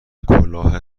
کلاه